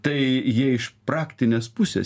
tai jie iš praktinės pusės